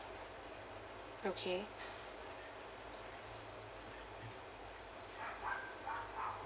okay